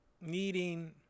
needing